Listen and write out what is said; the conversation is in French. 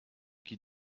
qui